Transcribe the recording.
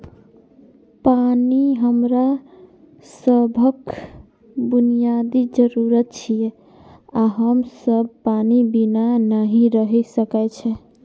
पानि हमरा सभक बुनियादी जरूरत छियै आ हम सब पानि बिना नहि रहि सकै छी